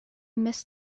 miss